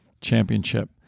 championship